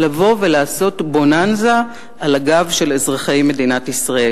לבוא ולעשות "בוננזה" על הגב של אזרחי מדינת ישראל.